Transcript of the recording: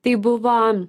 tai buvo